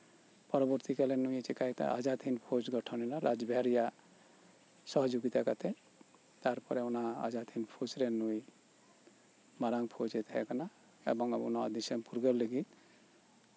ᱯᱚᱨᱚᱵᱚᱨᱛᱤ ᱠᱟᱞᱨᱮ ᱱᱩᱭ ᱮ ᱪᱤᱠᱟᱹᱭᱮᱫᱟ ᱟᱡᱟᱫ ᱦᱤᱱᱫ ᱯᱷᱳᱡ ᱜᱚᱴᱷᱚᱱ ᱮᱱᱟ ᱨᱟᱡᱽ ᱵᱤᱦᱟᱨᱤᱭᱟᱜ ᱥᱚᱦᱚᱡᱳᱜᱤᱛᱟ ᱠᱟᱛᱮᱫ ᱛᱟᱨᱯᱚᱨᱮ ᱚᱱᱟ ᱟᱡᱟᱫᱦᱤᱱᱫ ᱯᱷᱳᱡᱨᱮ ᱱᱩᱭ ᱢᱟᱨᱟᱝ ᱯᱷᱳᱡ ᱮ ᱛᱟᱦᱮᱸ ᱠᱟᱱᱟ ᱮᱵᱚᱝ ᱟᱵᱚ ᱱᱚᱶᱟ ᱫᱤᱥᱚᱢ ᱯᱷᱩᱨᱜᱟᱹᱞ ᱞᱟᱹᱜᱤᱫ